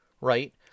right